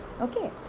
Okay